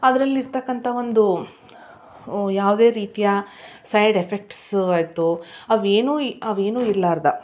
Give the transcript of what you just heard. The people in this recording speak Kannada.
ಅದ್ರಲ್ಲಿ ಇರ್ತಕ್ಕಂಥ ಒಂದು ಯಾವುದೇ ರೀತಿಯ ಸೈಡ್ ಎಫೆಕ್ಟ್ಸು ಆಯಿತು ಅವು ಏನು ಇ ಅವು ಏನು ಇರಲಾರ್ದ